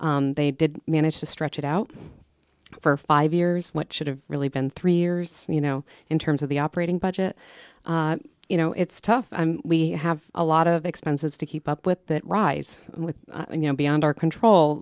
they did manage to stretch it out for five years what should have really been three years you know in terms of the operating budget you know it's tough we have a lot of expenses to keep up with that rise and you know beyond our control